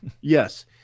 Yes